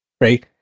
right